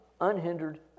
unhindered